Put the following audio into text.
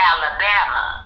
Alabama